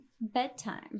bedtime